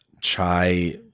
Chai